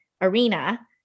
arena